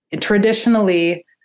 traditionally